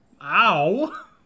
Ow